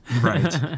Right